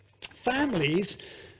families